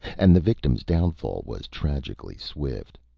and the victim's downfall was tragically swift.